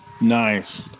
Nice